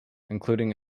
including